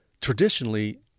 traditionally